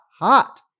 hot